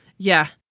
yeah,